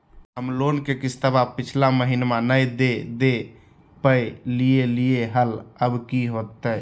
हम लोन के किस्तवा पिछला महिनवा नई दे दे पई लिए लिए हल, अब की होतई?